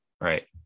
Right